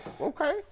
okay